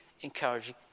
encouraging